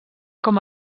com